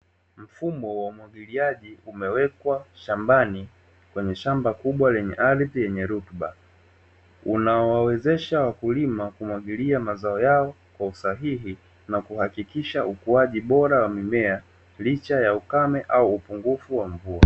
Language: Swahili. Mfumo wa umwagiliaji umewekwa shambani kwenye shamba kubwa lenye ardhi yenye rutuba, unaowawezesha wakulima kumwagilia mazao yao kwa usahihi na kuhakikisha ukuaji bora wa mimea, licha ya ukame au upungufu wa mvua.